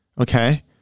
Okay